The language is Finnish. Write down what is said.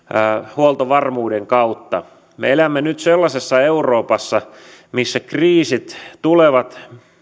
huoltovarmuuden kautta me elämme nyt sellaisessa euroopassa missä kriisit tulevat